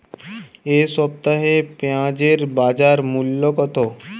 এ সপ্তাহে পেঁয়াজের বাজার মূল্য কত?